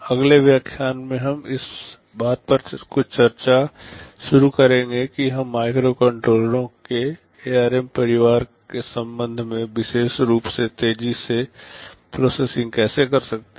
अगले व्याख्यान में हम इस बात पर कुछ चर्चा शुरू करेंगे कि हम माइक्रोकंट्रोलरों के एआरएम परिवार के संबंध में विशेष रूप से तेजी से प्रोसेसिंग कैसे कर सकते हैं